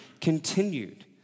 continued